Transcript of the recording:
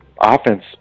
offense